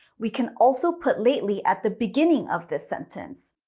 we can also put lately at the beginning of the sentence.